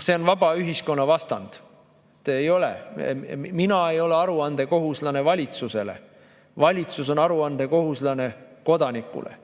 See on vaba ühiskonna vastand. Mina ei ole aruandekohuslane valitsusele, valitsus on aruandekohuslane kodanikule.